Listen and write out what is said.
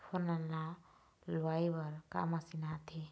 फोरन ला लुआय बर का मशीन आथे?